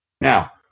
Now